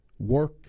Work